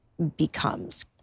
becomes